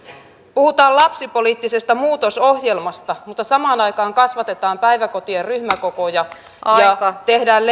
puhutaan lapsipoliittisesta muutosohjelmasta mutta samaan aikaan kasvatetaan päiväkotien ryhmäkokoja ja tehdään